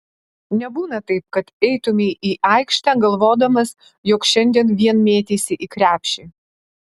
nebūna taip kad eitumei į aikštę galvodamas jog šiandien vien mėtysi į krepšį